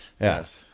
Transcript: Yes